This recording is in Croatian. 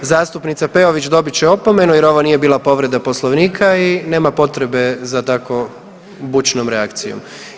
Zastupnica Peović dobit će opomenu jer ovo nije bila povreda Poslovnika i nema potrebe za tako bučnom reakcijom.